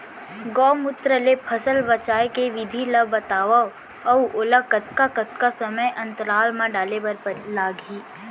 गौमूत्र ले फसल बचाए के विधि ला बतावव अऊ ओला कतका कतका समय अंतराल मा डाले बर लागही?